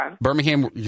Birmingham